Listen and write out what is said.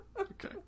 Okay